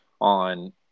on